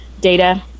data